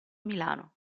milano